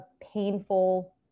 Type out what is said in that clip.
painful